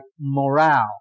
morale